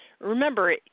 remember